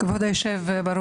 כבוד היו"ר,